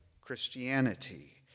Christianity